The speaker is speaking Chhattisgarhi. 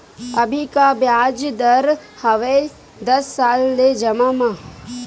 अभी का ब्याज दर हवे दस साल ले जमा मा?